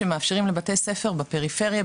שמאפשרים לבתי הספר בפריפריה,